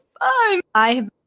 I-